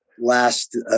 last